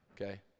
okay